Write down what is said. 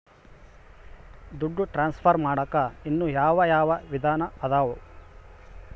ದುಡ್ಡು ಟ್ರಾನ್ಸ್ಫರ್ ಮಾಡಾಕ ಇನ್ನೂ ಯಾವ ಯಾವ ವಿಧಾನ ಅದವು?